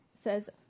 says